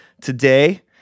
Today